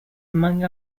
among